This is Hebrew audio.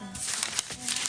גרוע מאשר קשיש